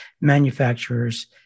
manufacturers